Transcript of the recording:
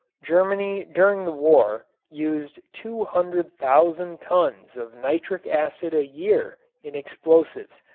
germany during the war used two hundred thousand tons of nitric acid a year in explosives,